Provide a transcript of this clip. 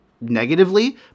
negatively